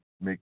make